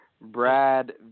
Brad